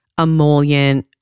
emollient